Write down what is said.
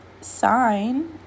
sign